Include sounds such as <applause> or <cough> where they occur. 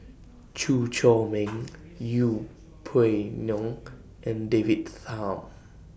Chew Chor Meng <noise> Yeng Pway Ngon and David Tham